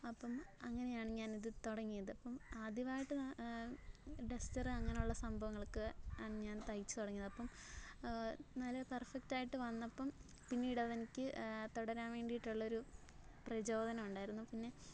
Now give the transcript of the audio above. അപ്പം അങ്ങനെയാണ് ഞാൻ ഇത് തുടങ്ങിയത് അപ്പം ആദ്യമായിട്ട് ഡെസ്റ്ററ് അങ്ങനെയുള്ള സംഭവങ്ങളൊക്കെ ആണ് ഞാൻ തയ്ച്ച് തുടങ്ങിയത് നല്ല പെർഫെക്റ്റാ യിട്ട് വന്നപ്പം പിന്നീട് അത് എനിക്ക് തുടരാൻ വേണ്ടിയിട്ടുള്ള ഒരു പ്രചോദനം ഉണ്ടായിരുന്നു പിന്നെ